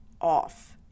off